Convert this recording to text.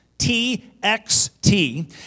T-X-T